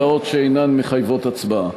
הודעות שאינן מחייבות הצבעה.